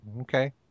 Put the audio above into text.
Okay